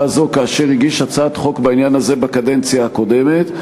הזו כאשר הגיש הצעת חוק בעניין הזה בקדנציה הקודמת.